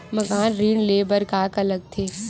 मकान ऋण ले बर का का लगथे?